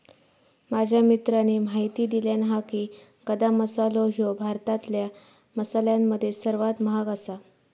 माझ्या मित्राने म्हायती दिल्यानं हा की, गदा मसालो ह्यो भारतातल्या मसाल्यांमध्ये सर्वात महाग आसा